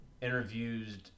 interviews